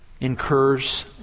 incurs